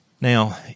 Now